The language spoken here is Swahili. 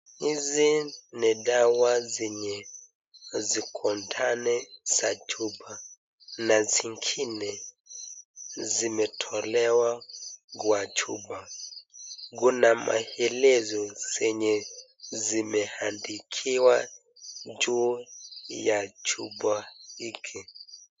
Hizi ni dawa zenye ziko ndani ya chupa na zingine zimetolewa kwa chupa. Kuna maelezo zenye zimeandikiwa juu ya chupa hiki.